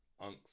Unks